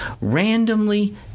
randomly